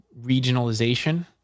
regionalization